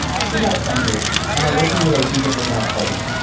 she got offended and our working relationship is now cold.